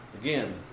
Again